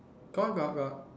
got got got